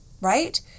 right